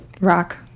Rock